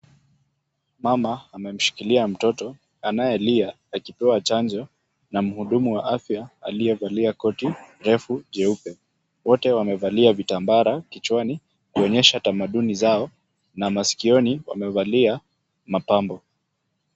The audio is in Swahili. Mama amemshikilia mtoto anayelia akipewa chanjo na mhudumu wa afya aliyevalia koti ndefu jeupe. Wote wamevalia vitambara kichwani kuonyesha tamaduni zao na masikioni wamevalia mapambo.